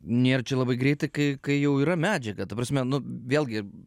nėr čia labai greitai kai kai jau yra medžiaga ta prasme nu vėlgi